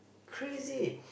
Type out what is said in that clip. crazy